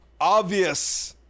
obvious